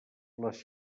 les